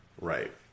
Right